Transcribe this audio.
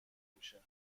میشه